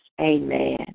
Amen